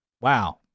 wow